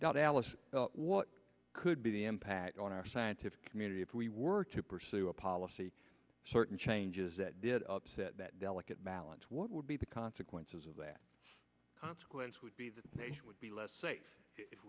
alice what could be the impact on our scientific community if we were to pursue a policy certain changes that did upset that delicate balance what would be the consequences of that consequence would be that they would be less safe if